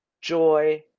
joy